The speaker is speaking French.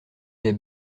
des